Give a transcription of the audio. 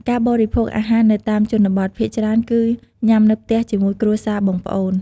ការបរិភោគអាហារនៅតាមជនបទភាគច្រើនគឺ ញ៉ាំនៅផ្ទះជាមួយគ្រួសារ បងប្អូន។